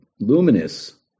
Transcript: luminous